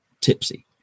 tipsy